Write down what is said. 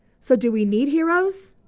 so do we need heroes?